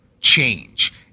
change